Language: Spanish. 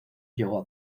llegó